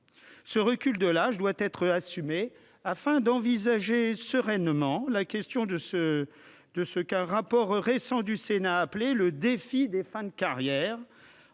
Le recul de l'âge doit être assumé, afin d'envisager sereinement la question de ce qu'un rapport récent du Sénat a appelé « le défi des fins de carrière ».